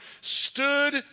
stood